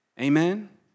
Amen